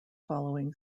following